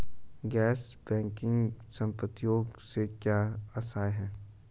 गैर बैंकिंग संपत्तियों से क्या आशय है?